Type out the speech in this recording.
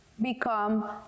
become